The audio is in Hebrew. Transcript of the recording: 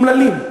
אומללים,